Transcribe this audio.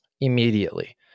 immediately